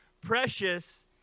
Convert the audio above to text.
precious